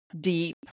deep